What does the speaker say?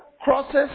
crosses